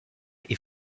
est